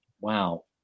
wow